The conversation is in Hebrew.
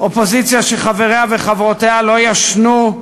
אופוזיציה שחבריה וחברותיה לא ישנו,